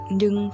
nhưng